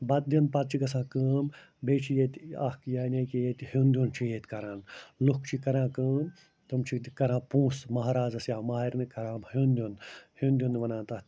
بَتہٕ دِنہٕ پتہٕ چھِ گژھان کٲم بیٚیہِ چھِ ییٚتہِ اَکھ یعنی کہ اَکھ ہیوٚن دیوٚن چھِ ییٚتہِ کران لُکھ چھِ کران کٲم تِم چھِ کران پونٛسہٕ مہرازَس یا مہرنہِ کران ہیوٚن دیوٚن ہیوٚن دیوٚن وَنان تَتھ